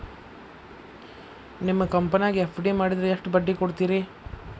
ನಿಮ್ಮ ಕಂಪನ್ಯಾಗ ಎಫ್.ಡಿ ಮಾಡಿದ್ರ ಎಷ್ಟು ಬಡ್ಡಿ ಕೊಡ್ತೇರಿ?